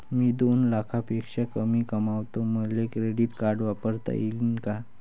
मी दोन लाखापेक्षा कमी कमावतो, मले क्रेडिट कार्ड वापरता येईन का?